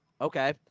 Okay